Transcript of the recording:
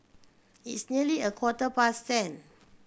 its nearly a quarter past ten